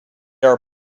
are